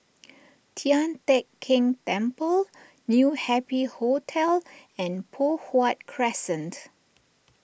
Tian Teck Keng Temple New Happy Hotel and Poh Huat Crescent